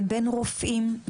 לבין רופאים,